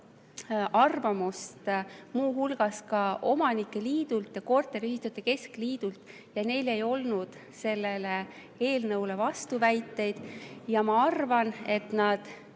arvamust muu hulgas ka omanike liidult ja korteriühistute liidult. Neil ei olnud sellele eelnõule vastuväiteid ja ma arvan, et nad